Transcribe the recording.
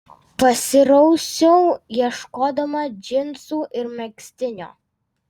pasirausiau ieškodama džinsų ir megztinio